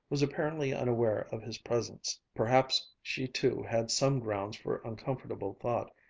was apparently unaware of his presence. perhaps she too had some grounds for uncomfortable thought,